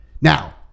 Now